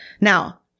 Now